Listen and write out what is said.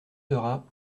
seurat